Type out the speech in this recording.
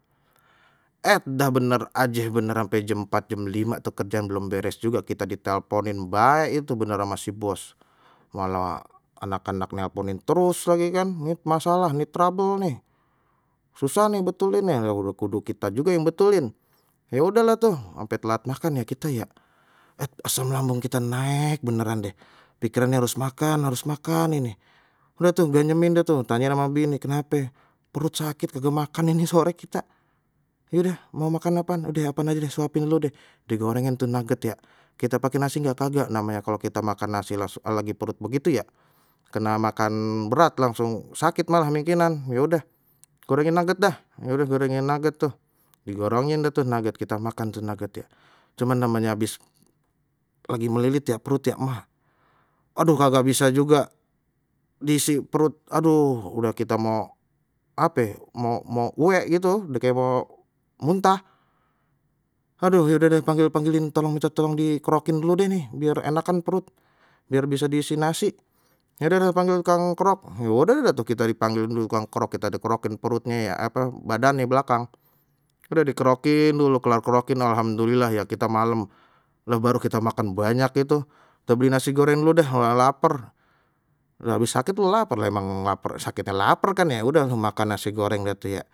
Et dah bener aje bener ampe jam empat jam lima tu kerjaan belum beres juga kita ditelponin bae itu bener ama si bos, malah anak-anak nelponin terus lagi kan masalah nih trouble nih susah nih betulin nih lha kudu kudu kita juga yang betulin ya udahlah tuh sampai telat makan ya kita ya, et asam lambung kita naik beneran deh pikirannya harus makan harus makan ini, udah tuh ganyemin dah tu, tanyain ama bini kenape perut sakit kagak makan ini sore kita, ya udeh mau makan apaan, udeh apaan aja deh disuapin lu deh, digoreng itu nugget ya kita pakai nasi nggak kagak namanya kalau kita makan nasi langsung lagi perut begitu ya kena makan berat langsung sakit malah mangkinan ya udah gorengin nugget dah ya udah gorengin nugget tuh digorongin dah tu nugget kita makan tu nugget ya, cuman namanya abis lagi melilit ya perut ya maag aduh kagak bisa juga, diisi perut aduh udah kita mau ape mau mau uwek gitu dah kayak mau muntah aduh ya udah deh panggil panggilin tolong minta tolong dikerokin dulu deh nih biar enakan perut biar bisa diisi nasi, ya udah dah panggil tukang kerok, ya udah dah dah tu kita dipanggil tukang kerok, kita di kerokin perutnya ya apa badannye belakang udah kerokin dulu kelar dikerokin alhamdulillah ya kita malam lah baru kita makan banyak itu kita beli nasi goreng dulu deh lha laper, lha habis sakit tu laper lha emang laper sakitnya laper khan ya udah makan nasi goreng dah tu ya.